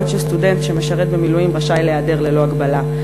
בעוד שסטודנט שמשרת במילואים רשאי להיעדר ללא הגבלה,